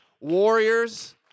warriors